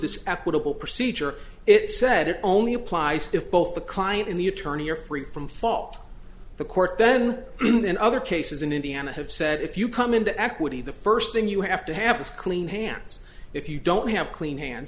applicable procedure it said it only applies if both the client and the attorney are free from fault the court then in other cases in indiana have said if you come into equity the first thing you have to have is clean hands if you don't have clean hands